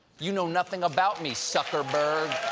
you know nothing about me, suckerberg!